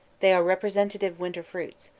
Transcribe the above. they are representative winter fruits,